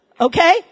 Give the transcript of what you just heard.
Okay